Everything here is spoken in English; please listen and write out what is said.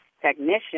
technician